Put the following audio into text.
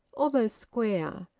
almost square,